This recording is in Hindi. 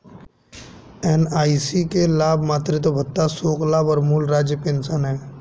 एन.आई.सी के लाभ मातृत्व भत्ता, शोक लाभ और मूल राज्य पेंशन हैं